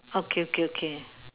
okay okay okay